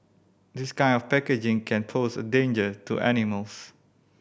this kind of packaging can pose a danger to animals